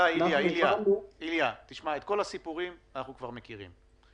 איליה, איליה, את כל הסיפורים אנחנו כבר מכירים.